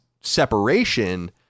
separation